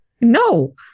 No